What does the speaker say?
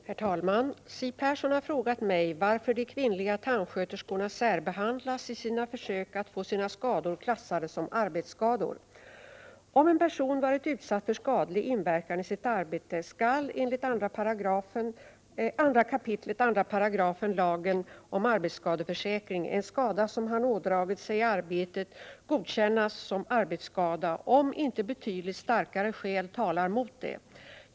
Herr talman! Siw Persson har frågat mig varför de kvinnliga tandsköterskorna särbehandlas i sina försök att få sina skador klassade som arbetsskador. Om en person varit utsatt för skadlig inverkan i sitt arbete skall enligt 2 kap. 2§ lagen om arbetsskadeförsäkring en skada som han ådragit sig i arbetet godkännas som arbetsskada om inte betydligt starkare skäl talar mot det.